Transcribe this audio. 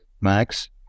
max